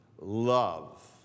Love